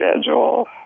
schedule